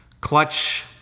clutch